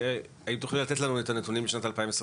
האם תוכלי לתת לנו את הנתונים של 2022,